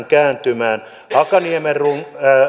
kääntymään